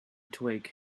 twig